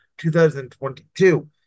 2022